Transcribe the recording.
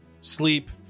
sleep